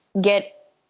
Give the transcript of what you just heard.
get